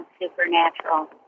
supernatural